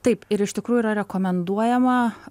taip ir iš tikrųjų yra rekomenduojama